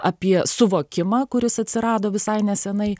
apie suvokimą kuris atsirado visai nesenai